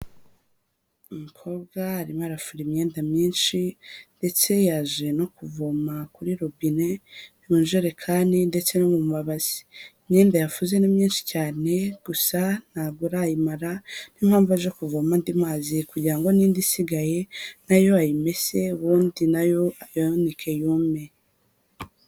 Umukobwa arimo arafura imyenda myinshi, ndetse yaje no kuvoma kuri robine, mu majerekani ndetse no mu mabasi. Imyenda yafuze ni myinshi cyane, gusa ntabwo arayimara, ni yo mpamvu aje kuvoma andi mazi, kugira ngo n'indi isigaye nayo ayimese, ubundi nayo ayanike yume.